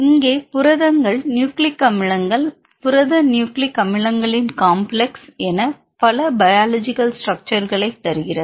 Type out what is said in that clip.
இங்கே புரதங்கள் நியூக்ளிக் அமிலங்கள் புரத நியூக்ளிக் அமிலங்களின் காம்ப்ளெக்ஸ் என பல பயோலொஜிக்கல் ஸ்ட்ரக்ட்க்ஷர்களை தருகிறது